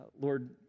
Lord